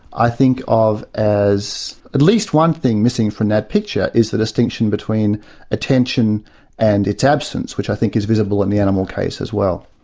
i think of as at least one thing missing from that picture is the distinction between attention and its absence, which i think is visible in the animal case as well.